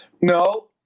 No